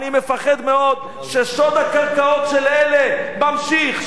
אני מפחד מאוד ששוד הקרקעות של אלה ממשיך,